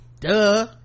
duh